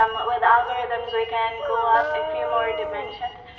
um with algorithms we can go up a few more dimensions.